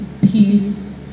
peace